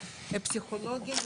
לפסיכולוגים,